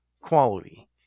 Quality